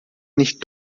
nicht